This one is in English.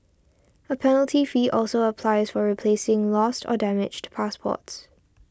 a penalty fee also applies for replacing lost or damaged passports